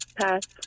Pass